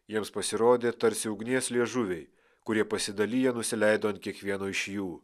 jiems pasirodė tarsi ugnies liežuviai kurie pasidaliję nusileido ant kiekvieno iš jų